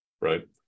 right